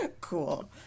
Cool